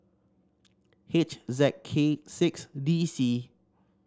H Z K six D C